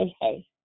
hey